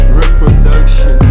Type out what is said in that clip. reproduction